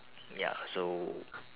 ya so